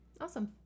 Awesome